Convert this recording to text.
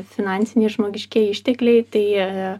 finansiniai žmogiškieji ištekliai tai